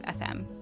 FM